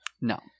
no